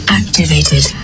activated